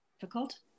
difficult